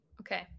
Okay